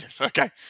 Okay